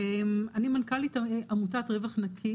אני מנכ"לית עמותת 'רווח נקי'